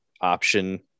option